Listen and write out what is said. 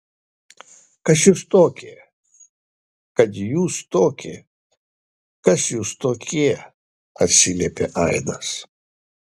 kas jūs tokie kad jūs tokie kas jūs tokie atsiliepė aidas